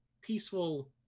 peaceful